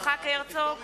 יצחק הרצוג,